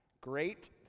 Great